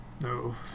No